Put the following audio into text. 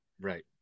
Right